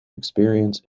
experience